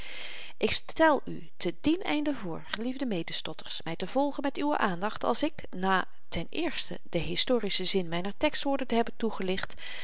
ik stel u te dien einde voor geliefde medestotters my te volgen met uwe aandacht als ik na ten eerste den historischen zin myner tekstwoorden te hebben toegelicht